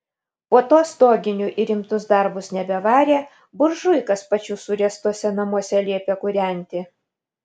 po to stoginių į rimtus darbus nebevarė buržuikas pačių suręstuose namuose liepė kūrenti